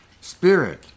Spirit